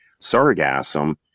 sargassum